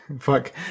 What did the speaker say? Fuck